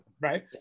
right